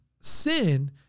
sin